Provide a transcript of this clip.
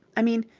i mean,